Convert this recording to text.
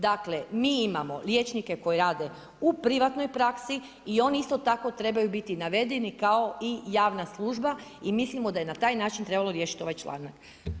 Dakle, mi imamo liječnike koji rade u privatnoj praksi i oni isto tako trebaju biti navedeni kao i javna služba i mislimo da je na taj način trebalo riješiti ovaj članak.